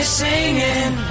singing